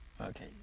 Okay